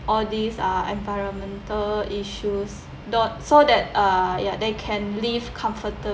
all these uh environmental issues dot so that uh ya they can live